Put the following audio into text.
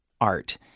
art